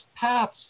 paths